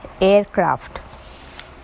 aircraft